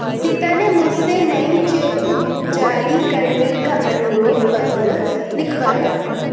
सीता ने मुझसे नई चेक बुक जारी करने का अनुरोध पत्र लिखवाया